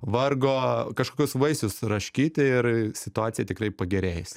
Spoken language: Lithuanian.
vargo kažkokius vaisius raškyti ir situacija tikrai pagerėjusi